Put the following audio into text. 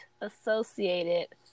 associated